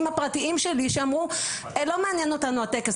הפרטיים שלי שאמרו "לא מעניין אותנו הטקס,